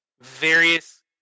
various